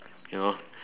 you know